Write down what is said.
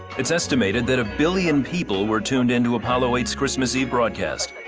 it's estimated that a billion people were tuned in to apollo eight s christmas eve broadcast.